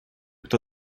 кто